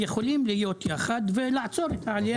יכולים להיות ביחד ולעצור את העלייה הזאת,